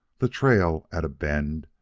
the trail, at a bend,